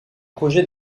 projet